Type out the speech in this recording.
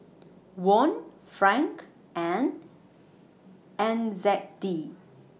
Won Franc and N Z D